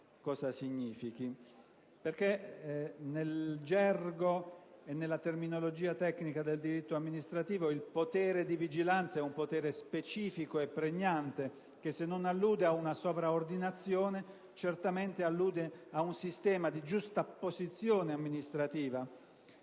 suo significato, perché nel gergo e nella terminologia tecnica del diritto amministrativo il potere di vigilanza è un potere specifico e pregnante, che se non allude a una sovraordinazione certamente allude a un sistema di giustapposizione amministrativa.